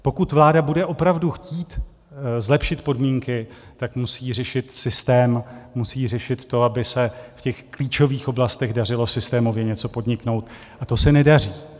Pokud vláda bude opravdu chtít zlepšit podmínky, tak musí řešit systém, musí řešit to, aby se v klíčových oblastech dařilo systémově něco podniknout, a to se nedaří.